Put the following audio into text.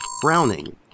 Frowning